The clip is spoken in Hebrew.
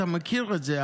אתה מכיר את זה,